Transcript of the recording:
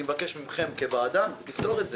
אני מבקש מכם כוועדה לפתור את זה.